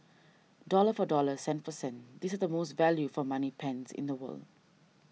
dollar for dollar cent for cent these is the most value for money pens in the world